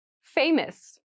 Famous